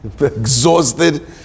Exhausted